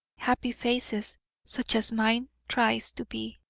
happy faces such as mine tries to be.